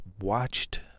watched